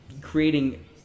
creating